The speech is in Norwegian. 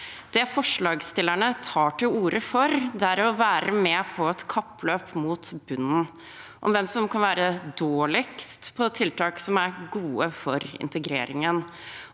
Det forslagsstillerne tar til orde for, er å være med på et kappløp mot bunnen, om hvem som kan være dårligst på tiltak som er gode for integreringen,